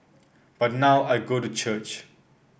but now I go to church